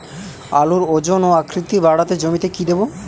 আলুর ওজন ও আকৃতি বাড়াতে জমিতে কি দেবো?